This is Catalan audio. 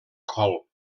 col